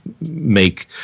make